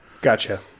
Gotcha